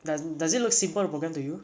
do~ does it look simple to program to you